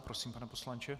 Prosím, pane poslanče.